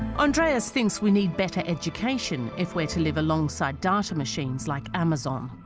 andreas thinks we need better education if we're to live alongside data machines like amazon